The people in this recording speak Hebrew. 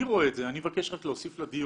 אני מבקש רק להוסיף לדיון,